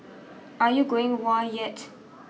are you going whoa yet